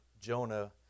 Jonah